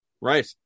Right